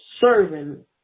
serving